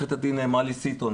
עורכת הדין מלי סיטון,